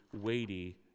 weighty